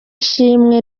ishimwe